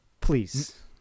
please